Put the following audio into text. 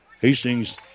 Hastings